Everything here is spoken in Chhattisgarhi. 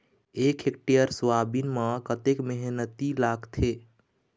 एक हेक्टेयर सोयाबीन म कतक मेहनती लागथे?